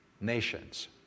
Nations